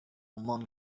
among